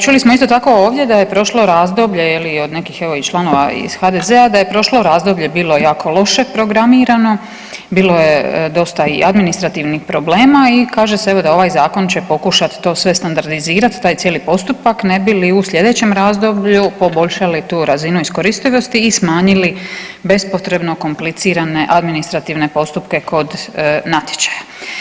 Čuli smo isto tako ovdje da je prošlo razdoblje i od nekih evo članova iz HDZ-a da je prošlo razdoblje bilo jako loše programirano, bilo je dosta i administrativnih problema i kaže se evo da ovaj zakon će pokušat to sve standardizirat taj cijeli postupak ne bi li u slijedećem razdoblju poboljšali tu razinu iskoristivosti i smanjili bespotrebno komplicirane administrativne postupke kod natječaja.